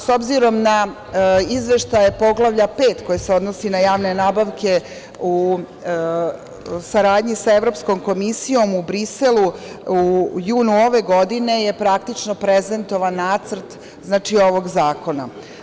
S obzirom na izveštaje Poglavlja 5. koje se odnosi na javne nabavke, u saradnji sa Evropskom komisijom u Briselu, u junu ove godine, je praktično prezentovan nacrt ovog zakona.